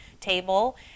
table